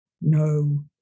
No